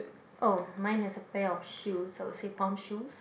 oh mine has a pair of shoes I will say pump shoes